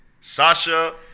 Sasha